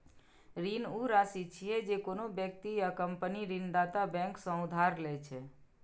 ऋण ऊ राशि छियै, जे कोनो व्यक्ति या कंपनी ऋणदाता बैंक सं उधार लए छै